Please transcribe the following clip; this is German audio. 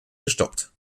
gestoppt